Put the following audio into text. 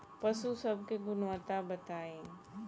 पशु सब के गुणवत्ता बताई?